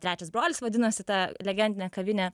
trečias brolis vadinosi ta legendinė kavinė